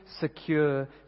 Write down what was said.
secure